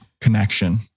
connection